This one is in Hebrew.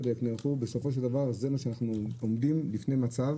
בסופו של דבר אנחנו עומדים בפני מצב